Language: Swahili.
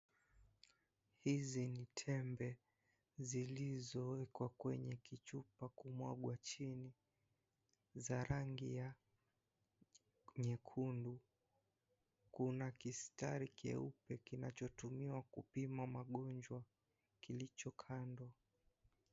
Hizi ni tembe zilizowekwa kwenye kichupa kumwagwa chini za rangi ya nyekundu, kuna kistari keupe kinachotumiwa kupima magonjwa kilicho kando.